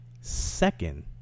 second